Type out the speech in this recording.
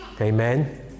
Amen